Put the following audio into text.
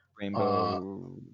Rainbow